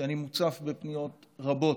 שאני מוצף בפניות רבות,